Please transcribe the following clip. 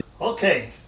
Okay